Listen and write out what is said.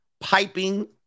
piping